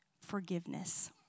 Forgiveness